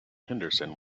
henderson